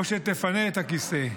או שתפנה את הכיסא.